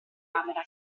camera